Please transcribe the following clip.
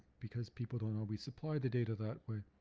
because people don't always supply the data that way.